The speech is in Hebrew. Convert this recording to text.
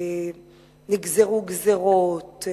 נגזרו גזירות,